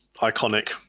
iconic